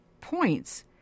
points